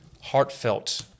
heartfelt